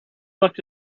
looked